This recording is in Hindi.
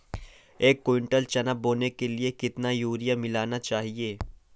एक कुंटल चना बोने के लिए कितना यूरिया मिलाना चाहिये?